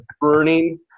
burning